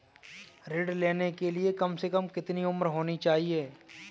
ऋण लेने के लिए कम से कम कितनी उम्र होनी चाहिए?